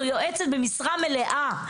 או יועצת במשרה מלאה,